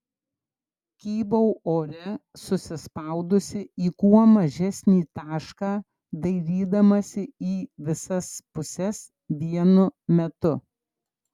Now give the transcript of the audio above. kybau ore susispaudusi į kuo mažesnį tašką dairydamasi į visas puses vienu metu